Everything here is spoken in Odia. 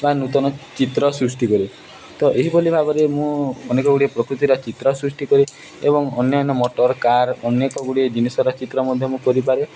ବା ନୂତନ ଚିତ୍ର ସୃଷ୍ଟି କରେ ତ ଏହିଭଲି ଭାବରେ ମୁଁ ଅନେକଗୁଡ଼ିଏ ପ୍ରକୃତିର ଚିତ୍ର ସୃଷ୍ଟି କରେ ଏବଂ ଅନ୍ୟାନ୍ୟ ମୋଟର୍ କାର୍ ଅନେକଗୁଡ଼ିଏ ଜିନିଷର ଚିତ୍ର ମଧ୍ୟ ମୁଁ କରିପାରେ